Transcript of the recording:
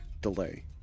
delay